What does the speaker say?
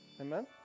Amen